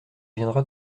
viendra